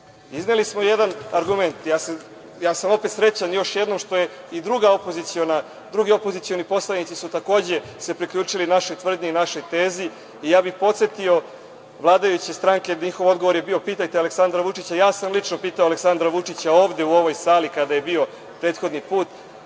kaže. Izneli smo jedan argument, ja sam opet srećan još jednom što su i drugi opozicioni poslanici su takođe se priključili našoj tvrdnji i našoj tezi i podsetio bih vladajuće stranke, njihov odgovor je bio – pitajte Aleksandra Vučića. Lično sam pitao Aleksandra Vučića, ovde u ovoj sali kada je bio prethodni put,